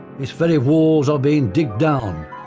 its very walls are being digged down,